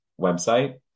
website